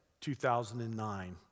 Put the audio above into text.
2009